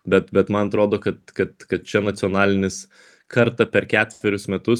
bet bet man atrodo kad kad kad čia nacionalinis kartą per ketverius metus